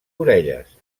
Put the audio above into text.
orelles